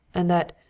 and that,